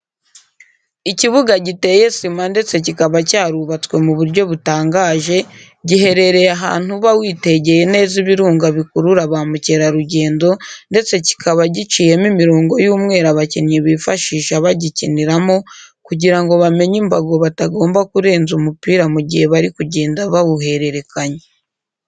Ikibuga giteye sima ndetse kikaba cyarubatswe mu buryo butangaje, giherereye ahantu uba witegeye neza ibirunga bikurura ba mukerarugendo ndetse kikaba giciyemo imirongo y'umweru abakinnyi bifashisha bagikiniramo kugira ngo bamenye imbago batagomba kurenza umupira mu gihe bari kugenda bawuhererekanya.